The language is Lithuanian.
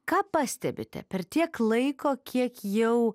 ką pastebite per tiek laiko kiek jau